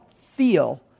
feel